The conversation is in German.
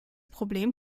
problem